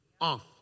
off